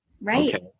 Right